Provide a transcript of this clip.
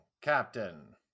captain